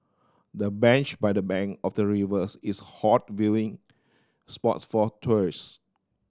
the bench by the bank of the rivers is hot viewing spots for tourist